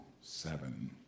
seven